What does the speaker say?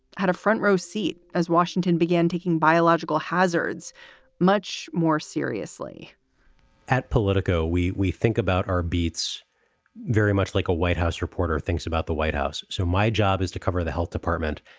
had a front row seat as washington began ticking biological hazards much more seriously at politico we we think about our beats very much like a white house reporter thinks about the white house. so my job is to cover the health department.